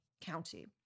County